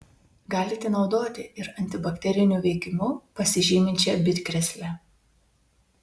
galite naudoti ir antibakteriniu veikimu pasižyminčią bitkrėslę